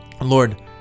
lord